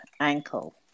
ankle